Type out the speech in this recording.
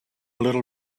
little